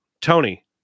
Tony